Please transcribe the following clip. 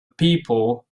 people